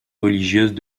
religieuses